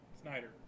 Snyder